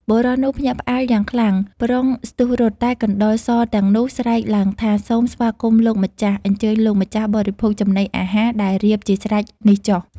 បុរសនោះភ្ញាក់ផ្អើលយ៉ាងខ្លាំង ប្រុងស្ទុះរត់ តែកណ្តុរសទាំងនោះស្រែកឡើងថា សូមស្វាគមន៍លោក ម្ចាស់ !អញ្ជើញលោកម្ចាស់បរិភោគចំណីអាហារដែល រៀបជាស្រេចនេះចុះ ។